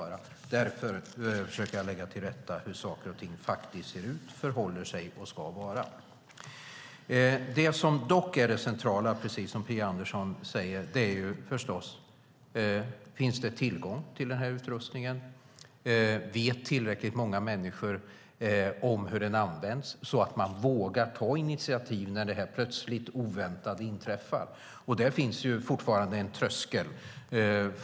Därför försökte jag lägga till rätta hur saker och ting faktiskt ser ut, förhåller sig och ska vara. Det centrala är dock, precis som Phia Andersson säger, om det finns tillgång till utrustningen och om tillräckligt många människor vet hur den används så att de vågar ta initiativ när det plötsliga och oväntade inträffar. Där finns fortfarande en tröskel.